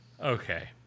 okay